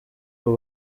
abo